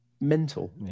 mental